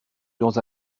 dans